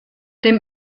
dem